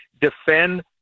defend